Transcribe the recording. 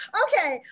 okay